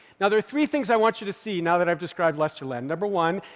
now there are three things i want you to see now that i've described lesterland. number one,